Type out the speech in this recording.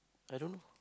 I don't